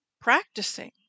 practicing